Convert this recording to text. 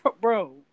bro